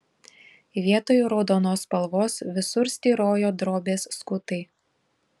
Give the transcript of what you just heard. vietoj raudonos spalvos visur styrojo drobės skutai